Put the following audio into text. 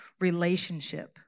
relationship